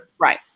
Right